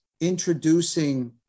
introducing